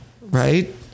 right